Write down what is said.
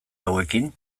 hauekin